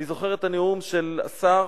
אני זוכר את הנאום של השר